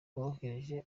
bohereje